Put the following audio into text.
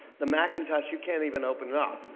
the macintosh you can't even open up.